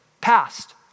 passed